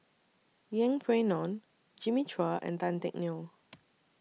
Yeng Pway Ngon Jimmy Chua and Tan Teck Neo